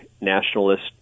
nationalist